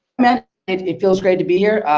man, it feels great to be here.